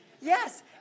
Yes